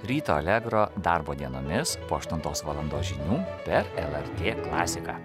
ryto allegro darbo dienomis po aštuntos valandos žinių per lrt klasiką